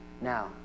now